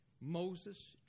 Moses